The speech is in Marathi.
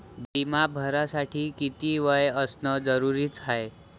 बिमा भरासाठी किती वय असनं जरुरीच हाय?